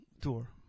tour